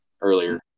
earlier